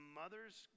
mother's